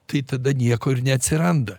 tai tada nieko ir neatsiranda